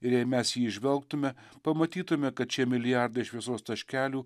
ir jei mes jį įžvelgtume pamatytume kad šie milijardai šviesos taškelių